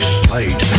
sight